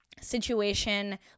situation